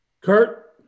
Kurt